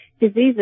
diseases